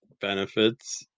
benefits